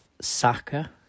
Saka